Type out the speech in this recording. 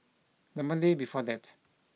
the Monday before that